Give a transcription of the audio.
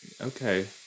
okay